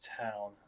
town